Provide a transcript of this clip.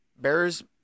Bears